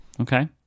Okay